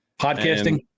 Podcasting